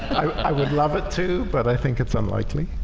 i? would love it to but i think it's unlikely,